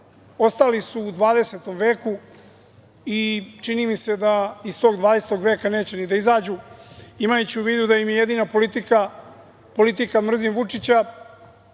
Ostali su u 20. veku i čini mi se da iz tog 20. veka neće ni da izađu, imajući u vidu da im je jedina politika politika – mrzim Vučića.